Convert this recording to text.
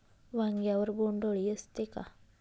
वांग्यावर बोंडअळी असते का?